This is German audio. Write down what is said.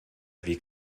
weg